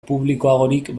publikoagorik